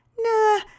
Nah